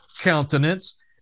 countenance